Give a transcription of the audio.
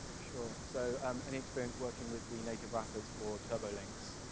sure, so, um any experience working with the native wrappers for turbolinks,